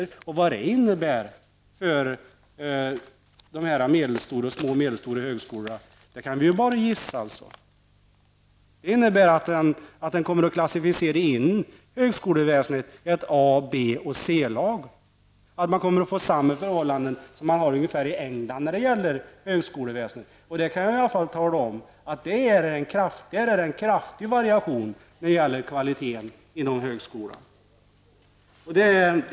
Vi kan bara gissa vad det kommer att innebära för de medelstora och stora högskolorna. Högskoleväsendet kommer att klassificeras i ett A-, B-, C-lag. Det kommer att bli samma förhållanden som det finns i England när det gäller högskoleväsendet. Där finns det en kraftig variation vad avser kvaliten på högskolorna.